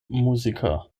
musiker